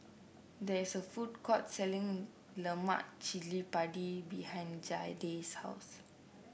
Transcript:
there is a food court selling Lemak Cili Padi behind Jayda's house